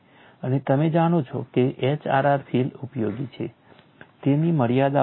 અને તમે જાણો છો કે HRR ફીલ્ડ ઉપયોગી છે તેની મર્યાદાઓ પણ છે